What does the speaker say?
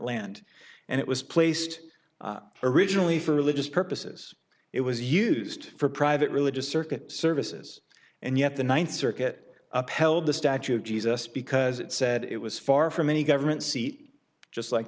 land and it was placed originally for religious purposes it was used for private religious circuit services and yet the ninth circuit upheld the statue of jesus because it said it was far from any government seat just like